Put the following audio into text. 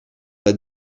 pas